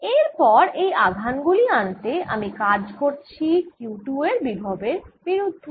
এরপর এই আধান গুলি আনতে আমি কাজ করেছি Q2 এর বিভবের বিরুদ্ধে